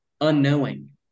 unknowing